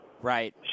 Right